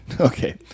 Okay